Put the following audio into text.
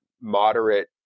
moderate